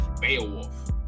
Beowulf